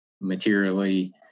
materially